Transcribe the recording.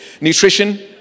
Nutrition